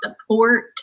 support